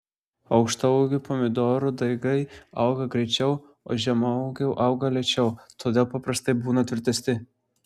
aukštaūgių pomidorų daigai auga greičiau o žemaūgiai auga lėčiau todėl paprastai būna tvirtesni